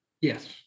Yes